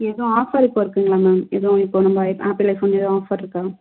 எதுவும் ஆஃபர் இப்போ இருக்குங்களா மேம் எதுவும் இப்போ நம்ப ஆப்பிள் ஐஃபோனில் எதுவும் ஆஃபர் இருக்கா